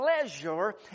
pleasure